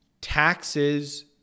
taxes